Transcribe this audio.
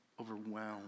overwhelmed